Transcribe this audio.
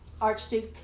archduke